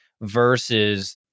versus